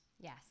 Yes